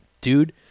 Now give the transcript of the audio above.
Dude